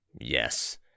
Yes